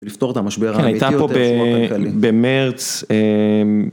לפתור את המשבר, הייתה פה במרץ.